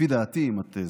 לפי דעתי, עם התזה.